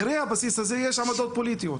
אחרי הבסיס הזה יש עמדות פוליטיות.